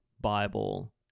Bible